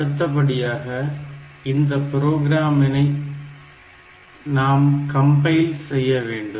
அடுத்தபடியாக இந்த புரோகிராமினை நாம் கம்பயில் செய்ய வேண்டும்